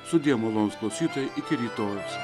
sudie malonūs klausytojai iki rytojaus